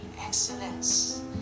excellence